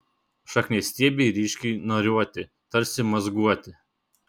šakniastiebiai ryškiai nariuoti tarsi mazguoti